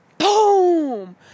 boom